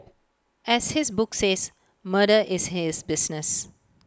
as his book says murder is his business